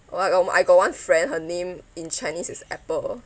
all right I got one friend her name in chinese is apple